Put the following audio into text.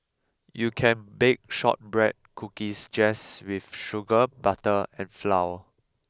you can bake shortbread cookies just with sugar butter and flour